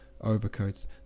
overcoats